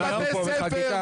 מספיק.